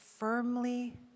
Firmly